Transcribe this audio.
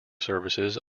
services